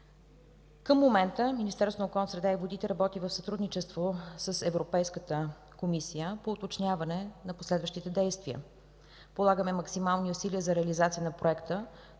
Към момента Министерството на околната среда и водите работи в сътрудничество с Европейската комисия по уточняване на последващите действия. Полагаме максимални усилия за реализация на проекта,